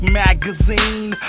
magazine